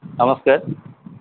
নমস্কার